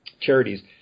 charities